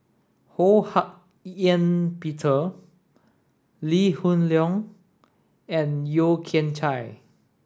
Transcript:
Ho Hak Ean Peter Lee Hoon Leong and Yeo Kian Chai